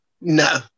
No